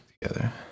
together